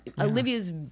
Olivia's